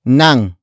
nang